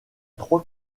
trois